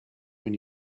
when